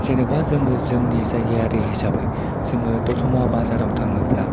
जेनबा जोङो जोंनि जायगायारि हिसाबै जोङो दतमा बाजाराव थाङोब्ला